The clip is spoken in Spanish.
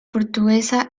portuguesa